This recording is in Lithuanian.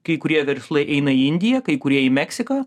kai kurie verslai eina į indiją kai kurie į meksiką